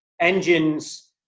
Engines